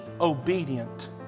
obedient